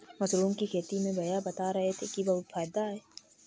mushroom की खेती में भैया बता रहे थे कि बहुत फायदा है